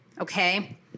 Okay